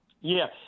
Yes